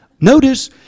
Notice